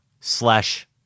slash